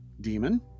demon